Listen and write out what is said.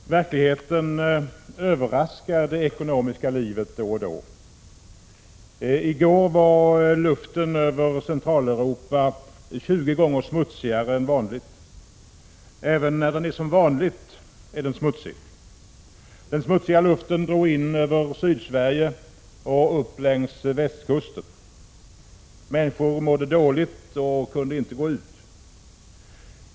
Fru talman! Verkligheten överraskar det ekonomiska livet då och då. I går var luften över Centraleuropa 20 gånger smutsigare än vanligt. Även när den är som vanligt är den smutsig. Den smutsiga luften drog in över Sydsverige och upp längs med västkusten. Människor mådde dåligt och kunde inte gå ut.